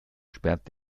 sperrt